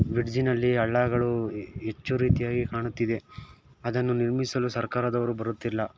ಬಿಡ್ಜಿನಲ್ಲಿ ಹಳ್ಳಗಳು ಹೆಚ್ಚು ರೀತಿಯಾಗಿ ಕಾಣುತ್ತಿದೆ ಅದನ್ನು ನಿರ್ಮಿಸಲು ಸರ್ಕಾರದವರು ಬರುತ್ತಿಲ್ಲ